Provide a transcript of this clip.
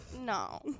No